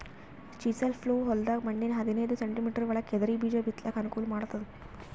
chisel plough ಹೊಲದ್ದ್ ಮಣ್ಣ್ ಹದನೈದ್ ಸೆಂಟಿಮೀಟರ್ ಒಳಗ್ ಕೆದರಿ ಬೀಜಾ ಬಿತ್ತಲಕ್ ಅನುಕೂಲ್ ಮಾಡ್ತದ್